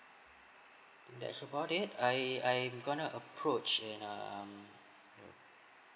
that's about it I I'm going to approach in um